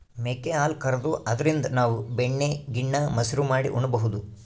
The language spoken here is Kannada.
ಮೇಕೆ ಹಾಲ್ ಕರ್ದು ಅದ್ರಿನ್ದ್ ನಾವ್ ಬೆಣ್ಣಿ ಗಿಣ್ಣಾ, ಮಸರು ಮಾಡಿ ಉಣಬಹುದ್